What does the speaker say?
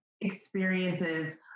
experiences